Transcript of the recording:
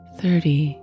thirty